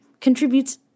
contributes